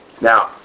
Now